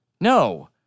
No